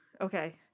okay